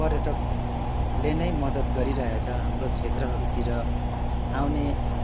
पर्यटकले नै मद्दत गरिरहेको छ हाम्रो क्षेत्रहरूतिर आउने